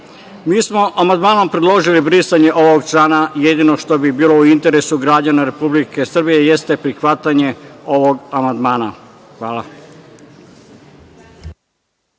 smo amandmanom predložili brisanje ovog člana. Jedino što bi bilo u interesu građana Republike Srbije jeste prihvatanje ovog amandmana. Hvala.